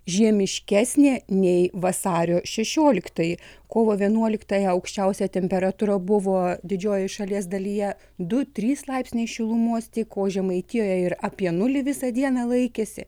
žiemiškesnė nei vasario šešioliktoji kovo vienuoliktąją aukščiausia temperatūra buvo didžiojoje šalies dalyje du trys laipsniai šilumos tik o žemaitijoje ir apie nulį visą dieną laikėsi